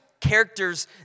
Characters